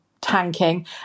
tanking